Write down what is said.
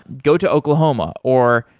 go to oklahoma, or,